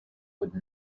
would